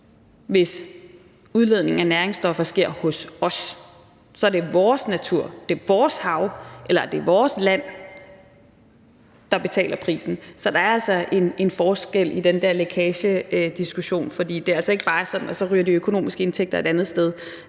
hvis udledningen af næringsstoffer sker hos os. Så er det vores natur, vores hav eller vores land, der betaler prisen. Så der er altså en forskel i forhold til den der lækagediskussion, for det er ikke bare sådan, at så ryger de økonomiske indtægter et andet sted